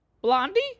Blondie